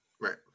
Right